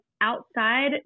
outside